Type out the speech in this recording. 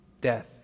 death